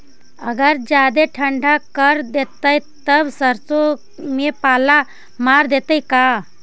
अगर जादे ठंडा कर देतै तब सरसों में पाला मार देतै का?